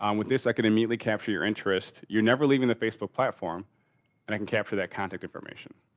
um with this i can immediately capture your interest. you're never leaving the facebook platform and i can capture that contact information.